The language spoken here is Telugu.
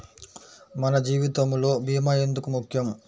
మన జీవితములో భీమా ఎందుకు ముఖ్యం?